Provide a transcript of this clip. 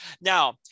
Now